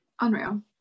unreal